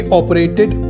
operated